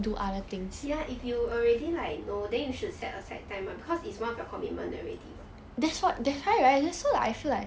ya if you already like know then you should set aside time [what] because it's one of your commitment already [what]